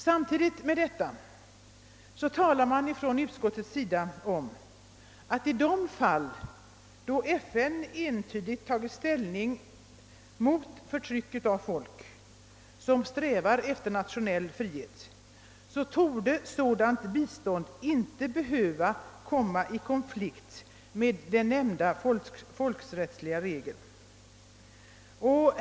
Samtidigt uttalar utskottet att i de fall då FN entydigt tagit ställning mot förtryck av folk, som eftersträvar nationell frihet, torde sådant bistånd inte behöva komma i konflikt med den nämnda folkrättsliga regeln.